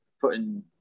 putting